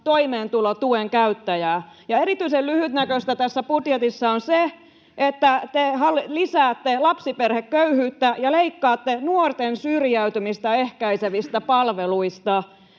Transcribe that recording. toimeentulotuen käyttäjää. Erityisen lyhytnäköistä tässä budjetissa on se, että te lisäätte lapsiperheköyhyyttä ja leikkaatte nuorten syrjäytymistä ehkäisevistä palveluista.